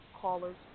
callers